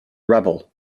rebel